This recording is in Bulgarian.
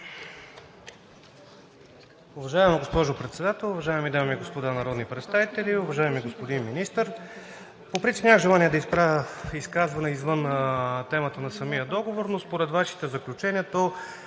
Уважаема госпожо Председател, уважаеми дами и господа народни представители! Уважаеми господин Министър, по принцип нямах желание да правя изказване извън темата на самия договор, но според Вашите заключения,